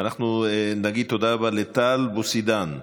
אנחנו נגיד תודה רבה לטל בוסידן,